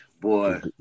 Boy